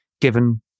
given